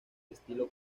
estilo